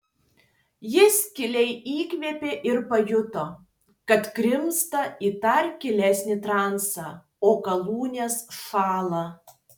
jis giliai įkvėpė ir pajuto kad grimzta į dar gilesnį transą o galūnės šąla